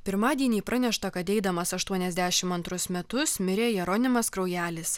pirmadienį pranešta kad eidamas aštuoniasdešim antrus metus mirė jeronimas kraujelis